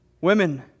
Women